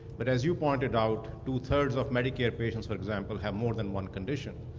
but as you pointed out, two thirds of medicare patients, for example, have more than one condition,